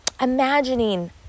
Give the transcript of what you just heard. imagining